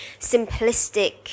simplistic